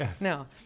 no